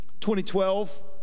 2012